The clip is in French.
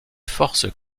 forces